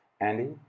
Andy